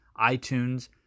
iTunes